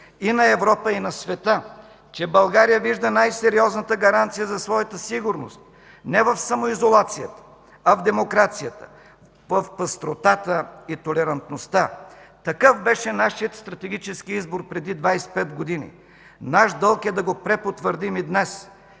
и на Европа, и на света, че България вижда най-сериозната гаранция за своята сигурност не в самоизолацията, а в демокрацията, в пъстротата и толерантността. Такъв беше нашият стратегически избор преди 25 години – наш дълг е да го препотвърдим и днес,